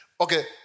Okay